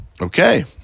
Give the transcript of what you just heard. Okay